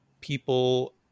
people